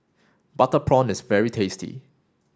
butter prawn is very tasty